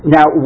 Now